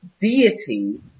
deity